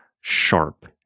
sharp